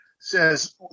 says